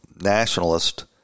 nationalist